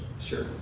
Sure